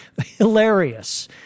Hilarious